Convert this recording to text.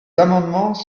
amendements